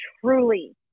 truly